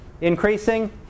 increasing